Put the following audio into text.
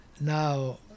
Now